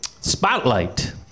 Spotlight